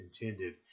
intended